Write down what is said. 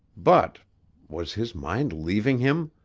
but was his mind leaving him?